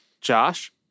Josh